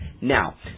Now